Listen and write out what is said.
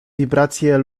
wibracje